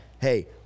hey